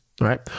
Right